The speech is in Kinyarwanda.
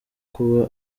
kuba